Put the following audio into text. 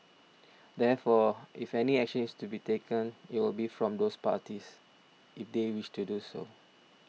therefore if any action is to be taken it would be from those parties if they wish to do so